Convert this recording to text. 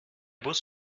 bus